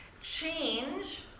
change